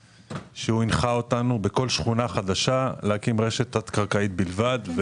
שהנחה אותנו להקים רשת תת-קרקעית בלבד בכל שכונה חדשה,